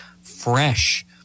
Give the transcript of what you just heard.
fresh